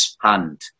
hand